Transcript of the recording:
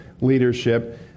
leadership